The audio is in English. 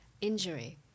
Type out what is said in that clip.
injury